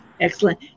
Excellent